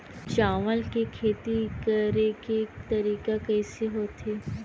चावल के खेती करेके तरीका कइसे होथे?